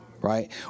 right